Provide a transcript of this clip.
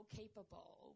capable